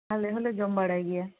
ᱟᱞᱮ ᱦᱚᱸᱞᱮ ᱡᱚᱢ ᱵᱟᱲᱟᱭ ᱜᱮᱭᱟ